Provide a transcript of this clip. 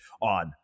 on